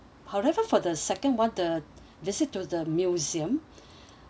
however for the second one the visit to the museum